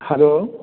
hello